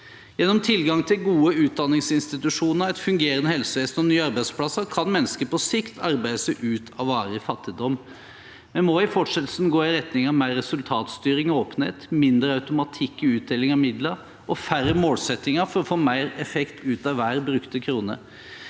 Gjennom tilgang til gode utdanningsinstitusjoner, et fungerende helsevesen og nye arbeidsplasser kan mennesker på sikt arbeide seg ut av varig fattigdom. Vi må i fortsettelsen gå i retning av mer resultatstyring og åpenhet, mindre automatikk i utdeling av midler og færre målsettinger for å få mer effekt ut av hver krone